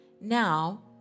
Now